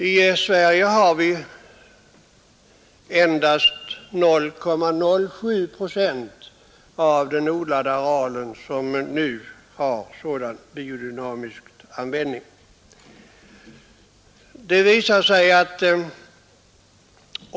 I Sverige har vi biodynamisk ordling på endast 0,07 procent av den odlade arealen.